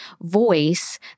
voice